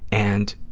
and